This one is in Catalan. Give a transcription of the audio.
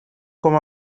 com